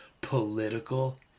political